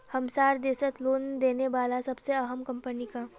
हमसार देशत लोन देने बला सबसे अहम कम्पनी क